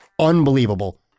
unbelievable